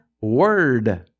word